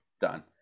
done